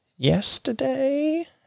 yesterday